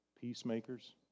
peacemakers